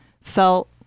felt